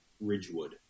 Ridgewood